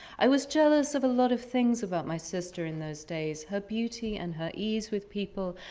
i was jealous of a lot of things about my sister in those days her beauty and her ease with people,